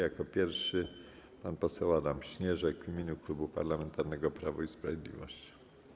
Jako pierwszy pan poseł Adam Śnieżek w imieniu Klubu Parlamentarnego Prawo i Sprawiedliwość.